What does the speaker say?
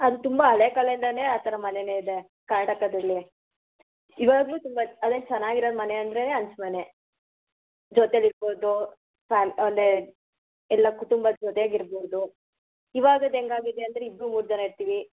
ಅದು ತುಂಬ ಹಳೆ ಕಾಲ ಇಂದನೆ ಆ ಥರ ಮನೆನೇ ಇದೆ ಕರ್ನಾಟಕದಲ್ಲಿ ಇವಾಗಲು ತುಂಬ ಅದೇ ಚೆನ್ನಾಗಿರದು ಮನೆ ಅಂದರೇನೆ ಹಂಚ್ ಮನೆ ಜೊತೆಲೆ ಇರ್ಬೋದು ಫ್ಯಾಮ್ ಅಂದರೆ ಎಲ್ಲ ಕುಟುಂಬ ಜೊತೆಗೆ ಇರ್ಬೋದು ಇವಾಗದು ಹೆಂಗ್ ಆಗಿದೆ ಅಂದ್ರೆ ಇಬ್ಬರು ಮೂರು ಜನ ಇರ್ತೀವಿ